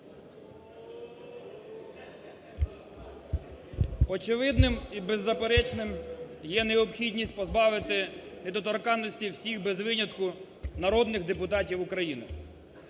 Очевидним і беззаперечним є необхідність позбавити недоторканності всіх без винятку народних депутатів України.